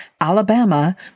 Alabama